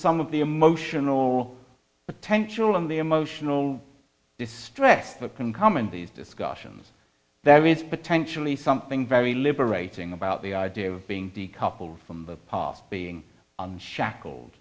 some of the emotional potential and the emotional distress that can come in these discussions there is potentially something very liberating about the idea of being decoupled from the past being unshackle